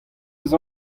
eus